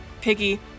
Piggy